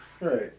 Right